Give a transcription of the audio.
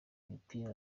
imipira